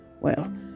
Well